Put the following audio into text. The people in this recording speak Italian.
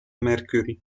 mercury